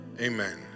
Amen